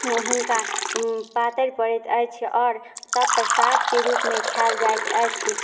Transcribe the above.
हुनका पातरि पड़ैत अछि आओर तब प्रसादके रूपमे खायल जाइत जाइ अछि